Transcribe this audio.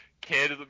kid